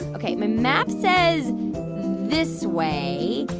ok, my map says this way.